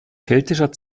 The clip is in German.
keltischer